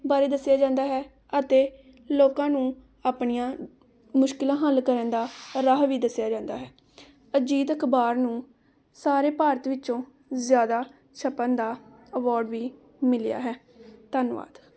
ਬਾਰੇ ਦੱਸਿਆ ਜਾਂਦਾ ਹੈ ਅਤੇ ਲੋਕਾਂ ਨੂੰ ਆਪਣੀਆਂ ਮੁਸ਼ਕਿਲਾਂ ਹੱਲ ਕਰਨ ਦਾ ਰਾਹ ਵੀ ਦੱਸਿਆ ਜਾਂਦਾ ਹੈ ਅਜੀਤ ਅਖ਼ਬਾਰ ਨੂੰ ਸਾਰੇ ਭਾਰਤ ਵਿੱਚੋਂ ਜ਼ਿਆਦਾ ਛਪਣ ਦਾ ਅਵੋਡ ਵੀ ਮਿਲਿਆ ਹੈ ਧੰਨਵਾਦ